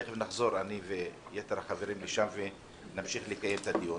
תכף נחזור אני ויתר החברים לשם ונמשיך לקיים את הדיון.